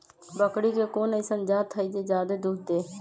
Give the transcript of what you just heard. बकरी के कोन अइसन जात हई जे जादे दूध दे?